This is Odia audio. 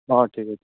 ହଁ ଠିକ୍ ଅଛି